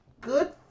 Good